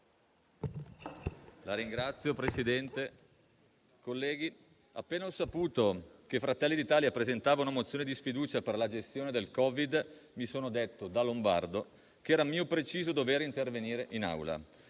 Signor Presidente, colleghi, appena ho saputo che Fratelli d'Italia presentava una mozione di sfiducia per la gestione del Covid-19, mi sono detto, da lombardo, che era mio preciso dovere intervenire in Aula.